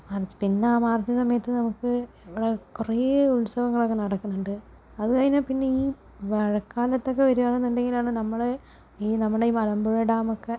March പിന്നെ ആ March സമയത്ത് നമുക്ക് കുറേ ഉത്സവങ്ങളൊക്കെ നടക്കുന്നുണ്ട് അതു കഴിഞ്ഞാൽ പിന്നെ ഈ മഴക്കാലത്തൊക്കെ വരുകയാണെന്ന് ഉണ്ടെങ്കിലാണ് നമ്മൾ ഈ നമ്മുടെ ഈ മലമ്പുഴ ഡാമക്കെ